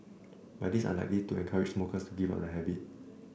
but this is unlikely to encourage smokers to give up the habit